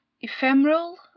ephemeral